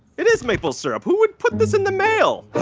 it is maple syrup. who would put this in the mail?